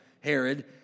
Herod